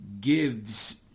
gives